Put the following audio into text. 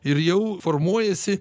ir jau formuojasi